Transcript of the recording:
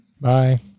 Bye